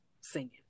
singing